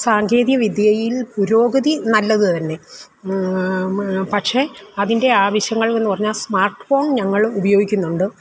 സാങ്കേതിക വിദ്യയിൽ പുരോഗതി നല്ലതുതന്നെ പക്ഷെ അതിൻ്റെ ആവശ്യങ്ങൾന്ന് പറഞ്ഞാൽ സ്മാർട്ട് ഫോൺ ഞങ്ങളും ഉപയോഗിക്കുന്നുണ്ട്